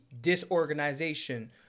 disorganization